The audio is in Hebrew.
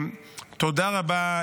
תודה רבה,